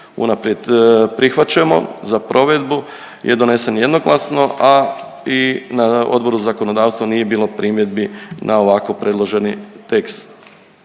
unaprijed prihvaćamo za provedbu je donesen jednoglasno, a i na Odboru za zakonodavstvo nije bilo primjedbi na ovako predloženi tekst.